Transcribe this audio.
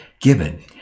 given